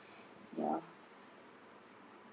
yeah